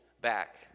back